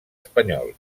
espanyol